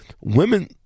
women